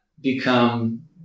become